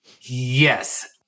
Yes